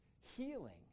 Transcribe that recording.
healing